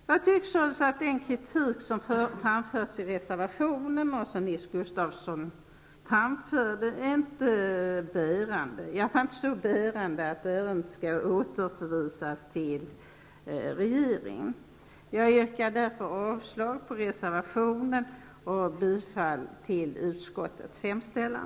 Jag tycker således att den kritik som framförs i reservationen och även av Nils-Olof Gustafsson här inte är bärande -- i alla fall inte så bärande att ärendet måste återförvisas till regeringen. Jag yrkar avslag på reservationen och bifall till utskottets hemställan.